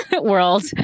world